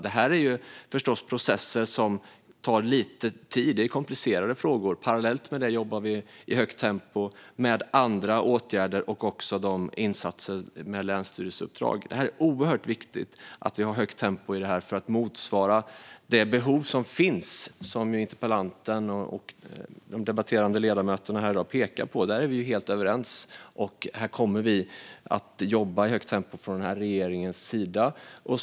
Det här är förstås processer som tar lite tid, eftersom det handlar om komplicerade frågor. Parallellt med det jobbar vi i högt tempo med andra åtgärder liksom med insatser som utgörs av länsstyrelseuppdrag. Det är oerhört viktigt att vi har ett högt tempo här för att svara mot det behov som finns, som interpellanten och övriga ledamöter här pekar på. Vi är helt överens om det, och regeringen kommer att jobba i högt tempo.